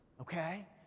Okay